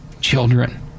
children